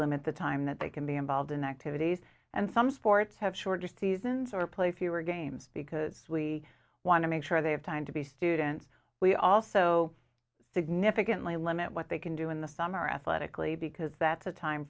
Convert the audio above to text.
limit the time that they can be involved in activities and some sports have shorter seasons or play fewer games because we want to make sure they have time to be students we also significantly limit what they can do in the summer athletically because that's a time